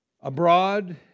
abroad